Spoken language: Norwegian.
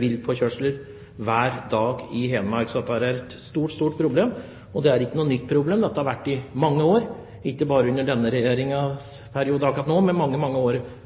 viltpåkjørsler hver dag i Hedmark, så dette er et stort problem. Men det er ikke noe nytt problem, sånn har det vært i mange år, og ikke bare under denne regjeringen. Det ser nesten ut som at antallet påkjørte dyr øker. Det kan selvfølgelig være mange forskjellige årsaker til det. Det kan jo hende at viltstammen akkurat nå er forholdsvis stor, men det er også mange